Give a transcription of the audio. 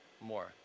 more